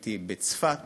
הייתי בצפת